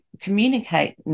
communicate